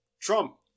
trump